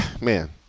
man